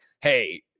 hey